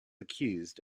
accused